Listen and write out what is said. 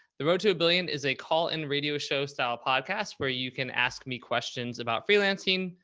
the road to a billion is a call in radio show style podcast, where you can ask me questions about freelancing,